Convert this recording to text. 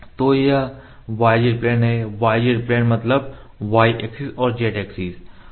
तो यह yz plane है yz प्लेन मतलब y ऐक्सिस और z एक्सिस है